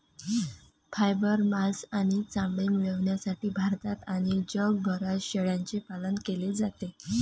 fibre, मांस आणि चामडे मिळविण्यासाठी भारतात आणि जगभरात शेळ्यांचे पालन केले जाते